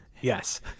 Yes